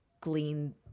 glean